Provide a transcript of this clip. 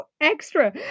extra